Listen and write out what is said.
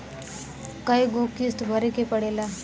कय गो किस्त भरे के पड़ेला?